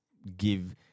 Give